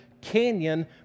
canyon